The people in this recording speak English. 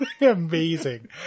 Amazing